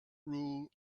rule